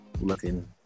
looking